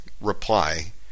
reply